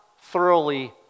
thoroughly